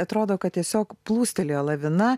atrodo kad tiesiog plūstelėjo lavina